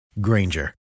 Granger